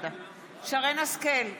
שרן מרים השכל,